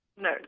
no